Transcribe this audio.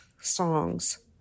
songs